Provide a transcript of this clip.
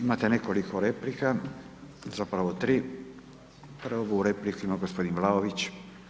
Imate nekoliko replika, zapravo 3. Prvu repliku ima gospodin Vlaović.